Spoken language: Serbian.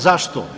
Zašto?